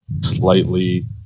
slightly